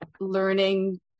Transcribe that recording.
learning